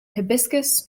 hibiscus